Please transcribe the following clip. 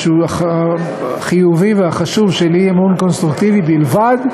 החיובי והחשוב של אי-אמון קונסטרוקטיבי בלבד,